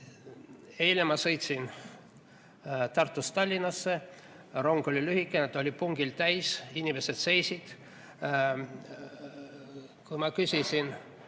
ma sõitsin Tartust Tallinnasse, rong oli lühikene ja ta oli pungil täis, inimesed seisid. Kui ma küsisin,